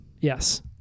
Yes